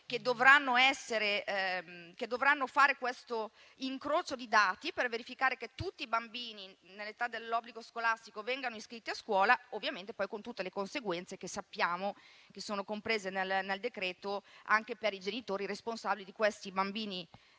che dovranno fare questo incrocio di dati per verificare che tutti i bambini nell'età dell'obbligo scolastico vengano iscritti a scuola, ovviamente con tutte le conseguenze che sappiamo essere comprese nel decreto per i genitori responsabili di questi bambini che